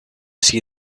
see